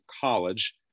college